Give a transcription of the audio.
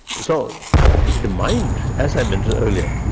so the mind, as i mentioned earlier,